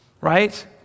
right